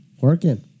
Working